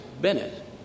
Bennett